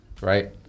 right